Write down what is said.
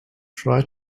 try